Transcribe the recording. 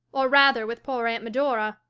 or rather with poor aunt medora,